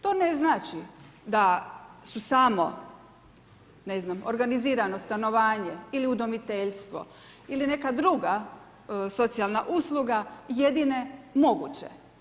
To ne znači da su samo ne znam, organizirano stanovanje ili udomiteljstvo ili neka druga socijalna usluga jedine moguće.